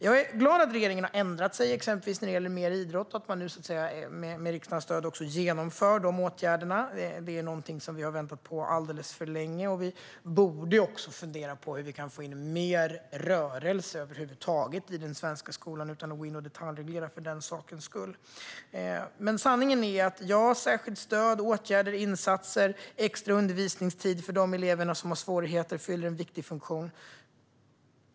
Jag är glad att regeringen har ändrat sig, exempelvis när det gäller mer idrott, och att man nu, med riksdagens stöd, genomför dessa åtgärder. Detta är någonting som vi har väntat på alldeles för länge. Vi borde också fundera på hur vi över huvud taget kan få in mer rörelse i den svenska skolan, utan att för den sakens skull gå in och detaljreglera. Särskilt stöd, åtgärder, insatser och extra undervisningstid för de elever som har svårigheter fyller en viktig funktion.